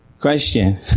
Question